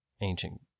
ancient